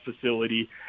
facility